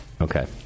Okay